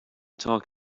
talk